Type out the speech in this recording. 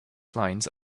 clients